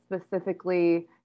specifically